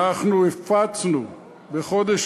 אנחנו הפצנו בחודש